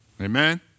Amen